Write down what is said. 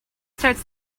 starts